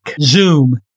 Zoom